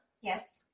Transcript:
Yes